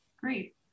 Great